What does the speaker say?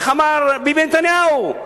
איך אמר ביבי נתניהו?